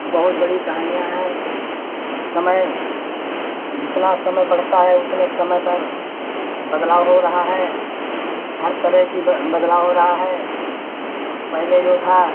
बहुत बड़ी कहानियाँ हैं समय जितना समय बढ़ता है उतने समय पर बदलाव हो रहा है हर तरह का बदलाव हो रहा है पहले जो था